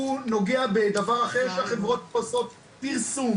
הוא נוגע בדבר אחר שהחברות עושות עליו פרסום